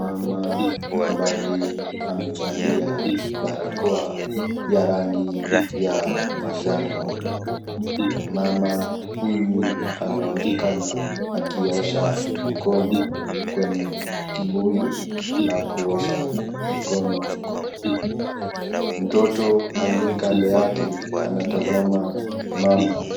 Mama ambaye amevalia barakoa ya rangi ya manjano. Mama huyu anaonekana akiosha mkono, kwenye kibuyu la kuosha mkono. Mtoto aliye kando yake anatazama mama